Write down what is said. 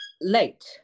late